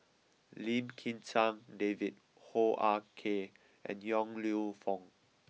Lim Kim San David Hoo Ah Kay and Yong Lew Foong